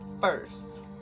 first